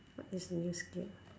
what is new skill